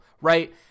right